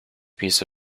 piece